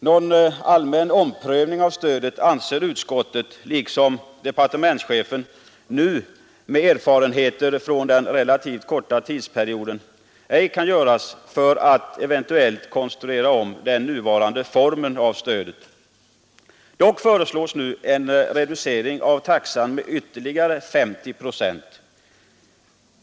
Någon allmän omprövning av stödet anser utskottet, liksom departementschefen, med erfarenhet från den relativt korta tidsperioden ej kan göras nu för att eventuellt konstruera om stödets nuvarande form. Dock föreslås nu en reducering av taxan med ytterligare 50 procent.